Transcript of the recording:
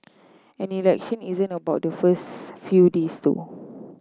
an election isn't about the first few days though